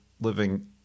living